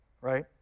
right